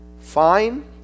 fine